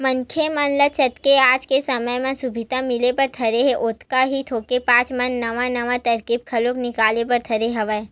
मनखे मन ल जतके आज के समे म सुबिधा मिले बर धरे हे ओतका ही धोखेबाज मन नवा नवा तरकीब घलो निकाले बर धरे हवय